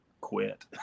quit